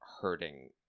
hurting